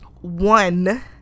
One